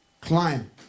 climb